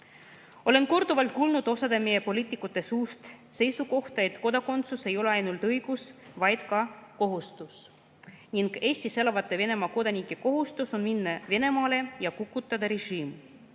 Olen korduvalt kuulnud osa meie poliitikute suust seisukohta, et kodakondsus ei ole mitte ainult õigus, vaid ka kohustus, ning Eestis elavate Venemaa kodanike kohustus on minna Venemaale ja kukutada režiim.